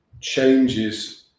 changes